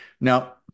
Now